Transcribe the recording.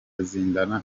ruzindana